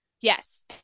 Yes